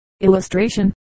Illustration